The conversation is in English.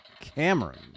Cameron